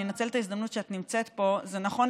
זה נכון,